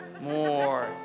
More